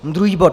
Druhý bod.